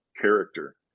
character